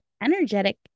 energetic